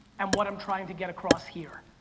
and what i'm trying to get across here.